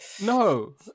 no